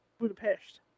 Budapest